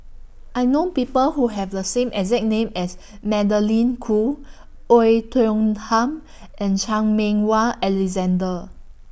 I know People Who Have The same exact name as Magdalene Khoo Oei Tiong Ham and Chan Meng Wah Alexander